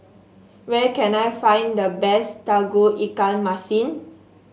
where can I find the best Tauge Ikan Masin